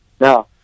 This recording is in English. No